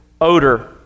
odor